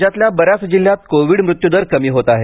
राज्यातल्या बऱ्याच जिल्ह्यात कोविड मृत्यूदर कमी होत आहे